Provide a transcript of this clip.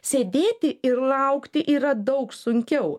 sėdėti ir laukti yra daug sunkiau